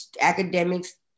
academics